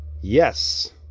Yes